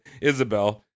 Isabel